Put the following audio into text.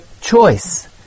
choice